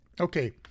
Okay